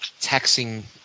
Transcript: taxing